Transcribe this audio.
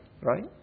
right